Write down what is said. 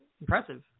impressive